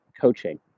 coaching